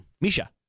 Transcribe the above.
Misha